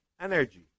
energy